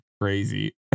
Crazy